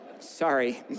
Sorry